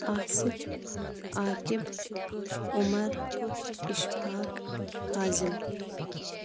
Asif Aqib Umar Ishfaq Hazim